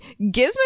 Gizmo